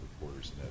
reporters